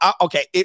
okay